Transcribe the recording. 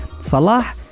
Salah